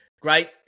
Great